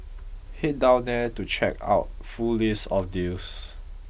head down here to check out full list of deals